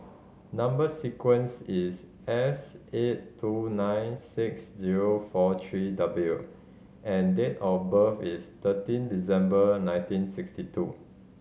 number sequence is S eight two nine six zero four three W and date of birth is thirteen December nineteen sixty two